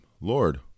Lord